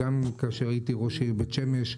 כאשר הייתי ראש העיר בית שמש,